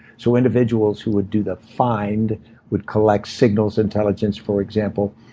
so individuals who would do the find would collect signals intelligence, for example,